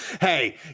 hey